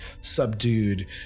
subdued